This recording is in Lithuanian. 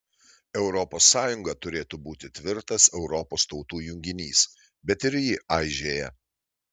europos sąjunga turėtų būti tvirtas europos tautų junginys bet ir ji aižėja